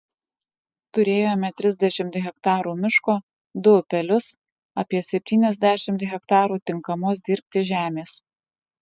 turėjome trisdešimt hektarų miško du upelius apie septyniasdešimt hektarų tinkamos dirbti žemės